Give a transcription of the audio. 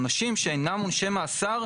עונשים שאינם עונשי מאסר,